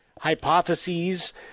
hypotheses